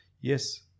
Yes